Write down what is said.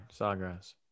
sawgrass